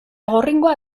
gorringoa